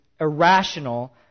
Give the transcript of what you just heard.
irrational